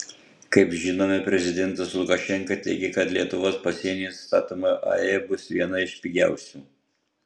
kaip žinome prezidentas lukašenka teigia kad lietuvos pasienyje statoma ae bus viena iš pigiausių